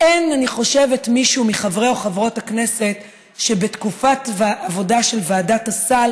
אני חושבת שאין מישהו מחברי או חברות הכנסת שבתקופת העבודה של ועדת הסל